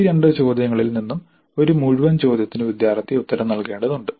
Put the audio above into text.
ഈ രണ്ട് ചോദ്യങ്ങളിൽ നിന്നും ഒരു മുഴുവൻ ചോദ്യത്തിന് വിദ്യാർത്ഥി ഉത്തരം നൽകേണ്ടതുണ്ട്